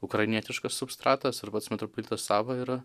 ukrainietiškas substratas ir pats metropolitas savo yra